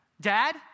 Dad